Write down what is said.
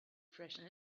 freshen